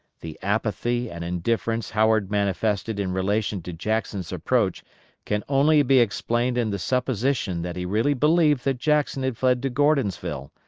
the apathy and indifference howard manifested in relation to jackson's approach can only be explained in the supposition that he really believed that jackson had fled to gordonsville,